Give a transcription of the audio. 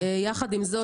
יחד עם זאת,